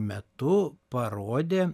metu parodė